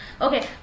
okay